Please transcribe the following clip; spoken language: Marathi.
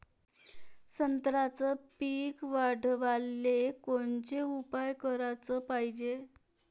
संत्र्याचं पीक वाढवाले कोनचे उपाव कराच पायजे?